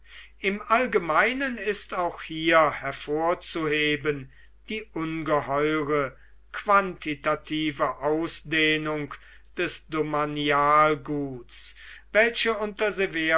im allgemeinen ist auch hier hervorzuheben die ungeheure quantitative ausdehnung des domanialguts welche